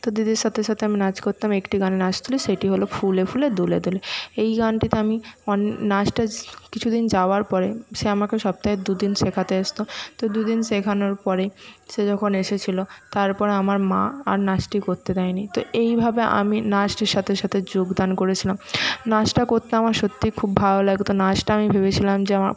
তো দিদির সাথে সাথে আমি নাচ করতাম একটি গানে নাচ তুলি সেটি হলো ফুলে ফুলে দোলে দোলে এই গানটিতে আমি নাচটা কিছু দিন যাওয়ার পরে সে আমাকে সপ্তাহে দুদিন শেখাতে আসতো তো দুদিন শেখানোর পরে সে যখন এসেছিলো তারপর আমার মা আর নাচটি করতে দেয় নি তো এইভাবে আমি নাচটির সাথে সাথে যোগদান করেছিলাম নাচটা করতে আমার সত্যিই খুব ভালো লাগতো নাচটা আমি ভেবেছিলাম যে আমার